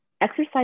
exercise